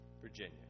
Virginia